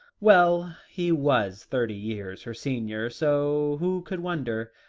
well he was thirty years her senior, so who could wonder?